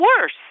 worse